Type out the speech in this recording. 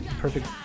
perfect